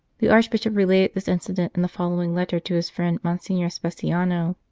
the archbishop related this incident in the following letter to his friend monsignor speciano